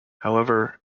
however